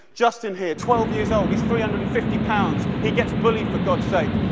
justin here, twelve years old, he's three hundred and fifty pounds. he gets bullied, for god's sake.